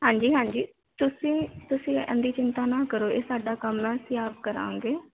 ਹਾਂਜੀ ਹਾਂਜੀ ਤੁਸੀਂ ਤੁਸੀਂ ਇਹਦੀ ਚਿੰਤਾ ਨਾ ਕਰੋ ਇਹ ਸਾਡਾ ਕੰਮ ਹੈ ਅਸੀਂ ਆਪ ਕਰਾਂਗੇ